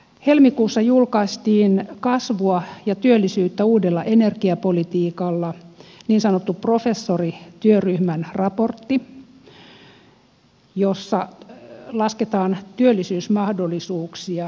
helmikuussa julkaistiin kasvua ja työllisyyttä uudella energiapolitiikalla niin sanottu professorityöryhmän raportti jossa lasketaan työllisyysmahdollisuuksia suomellekin